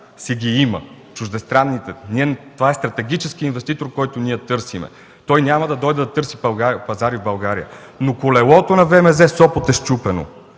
си има пазарите. Това е стратегически инвеститор, който ние търсим. Той няма да дойде да търси пазари в България. Но колелото на ВМЗ – Сопот, е счупено.